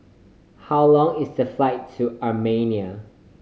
how long is the flight to Armenia